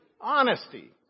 honesty